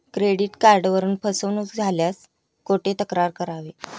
Credit कार्डवरून फसवणूक झाल्यास कुठे तक्रार करावी?